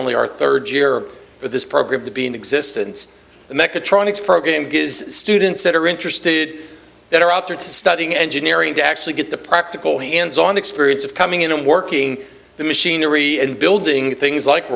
only our third year for this program to be in existence the mechatronics program does students that are interested that are out there to studying engineering to actually get the practical hands on experience of coming in and working the machinery and building things like